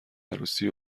عروسی